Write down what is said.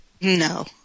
No